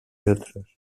otros